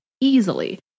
easily